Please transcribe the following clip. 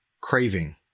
craving